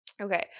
Okay